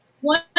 one